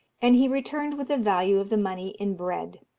and he returned with the value of the money in bread.